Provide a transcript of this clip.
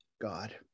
God